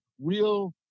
real